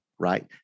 right